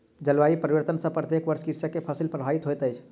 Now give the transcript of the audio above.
जलवायु परिवर्तन सॅ प्रत्येक वर्ष कृषक के फसिल प्रभावित होइत अछि